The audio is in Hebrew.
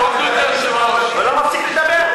הוא לא מפסיק לדבר.